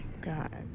god